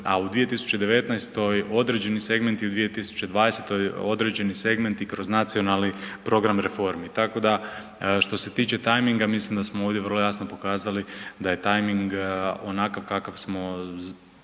a u 2019. određeni segmenti, u 2020. određeni segmenti kroz nacionalni program reformi. Tako da što se tiče tajminga mislim da smo ovdje vrlo jasno pokazali da je tajming onakav kakav smo